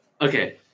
Okay